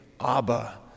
Abba